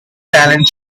talent